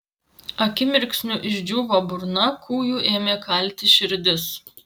akimirksniu išdžiūvo burna kūju ėmė kalti širdis